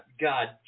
God